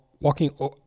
walking